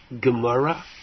Gemara